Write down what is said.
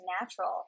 natural